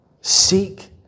Seek